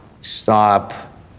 stop